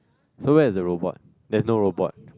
so that is the robot there is no robot